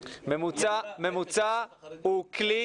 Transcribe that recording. ממוצע הוא כלי,